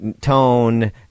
tone